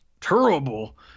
Terrible